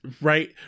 Right